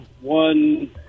one